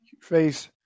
face